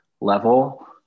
level